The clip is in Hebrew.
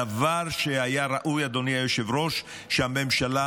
הדבר שראוי, אדוני היושב-ראש, הוא שהממשלה